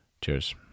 cheers